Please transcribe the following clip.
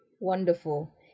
Wonderful